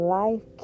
life